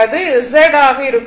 இதுஆக இருக்கும்